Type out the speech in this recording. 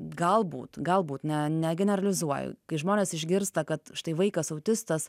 galbūt galbūt ne ne generalizuoju kai žmonės išgirsta kad štai vaikas autistas